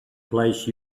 placed